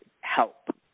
help